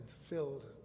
filled